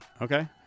Okay